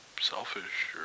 selfish